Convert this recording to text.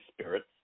spirits